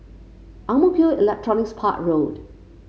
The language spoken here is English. Ang Mo Kio Electronics Park Road